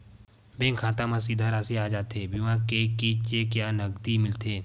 Bank खाता मा सीधा राशि आ जाथे बीमा के कि चेक या नकदी मिलथे?